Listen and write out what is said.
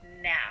now